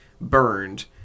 burned